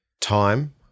time